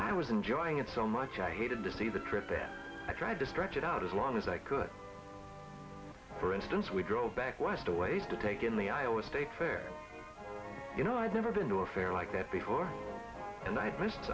i was enjoying it so much i hated the sea the trip that i tried to stretch it out as long as i could for instance we drove back west always to take in the iowa state fair you know i'd never been to a fair like that before and i'd missed